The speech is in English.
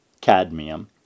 cadmium